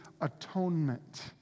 atonement